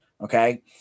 Okay